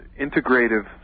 integrative